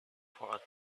for